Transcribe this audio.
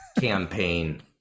campaign